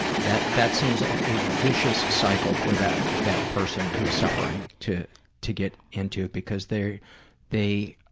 that that seems like a vicious cycle for that that person who's suffering to to get into because they they